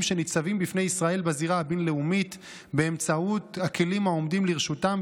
שניצבים בזירה הבין-לאומית באמצעות הכלים העומדים לרשותם,